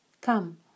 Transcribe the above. Come